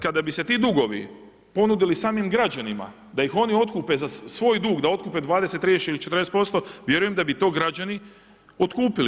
Kada bi se ti dugovi ponudili samim građanima da ih oni otkupe za svoj dug, da otkupe 20, 30 ili 40% vjerujem da bi to građani otkupili.